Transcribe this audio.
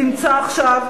תמצא עכשיו,